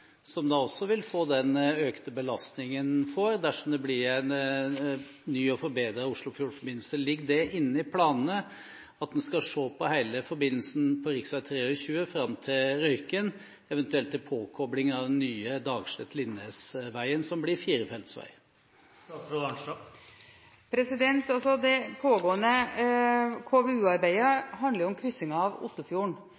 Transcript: tunneler, som også vil få den økte belastningen dersom det blir ny og forbedret Oslofjordforbindelse. Ligger det inne i planene at man skal se på hele forbindelsen på rv. 23 fram til Røyken, eventuelt med påkobling av den nye Dagslett–Linnes, som blir firefeltsvei? Det